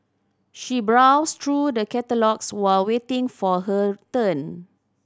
she browsed through the catalogues while waiting for her turn